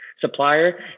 supplier